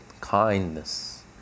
kindness